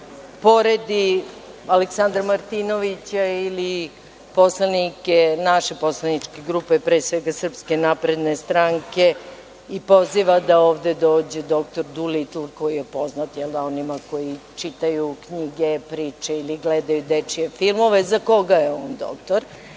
poredi Aleksandra Martinovića ili poslanike naše poslaničke grupe, pre svega SNS, i poziva da ovde dođe doktor Dulitl koji je poznat onima koji čitaju knjige, priče ili gledaju dečije filmove za koga je doktor.